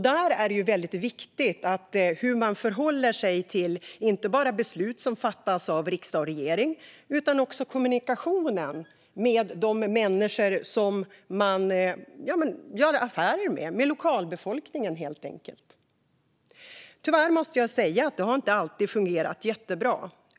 Där är det viktigt hur man förhåller sig till inte bara beslut som fattas av riksdag och regering utan också till kommunikationen med de människor som man gör affärer med, lokalbefolkningen helt enkelt. Tyvärr måste jag säga att det inte alltid har fungerat jättebra.